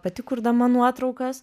pati kurdama nuotraukas